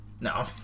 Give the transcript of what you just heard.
No